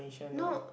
no